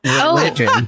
religion